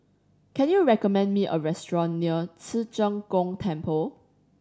can you recommend me a restaurant near Ci Zheng Gong Temple